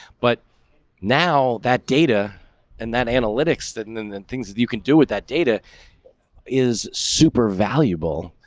but now that data and that analytics didn't and the things that you could do with that data is super valuable,